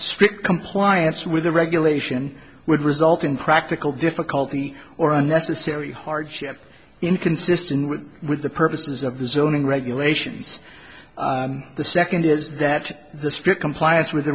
strict compliance with a regulation would result in practical difficulty or unnecessary hardship inconsistent with with the purposes of the zoning regulations the second is that the strict compliance with